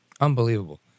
Unbelievable